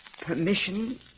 permission